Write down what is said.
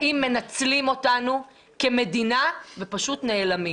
באים, מנצלים אותנו כמדינה ופשוט נעלמים.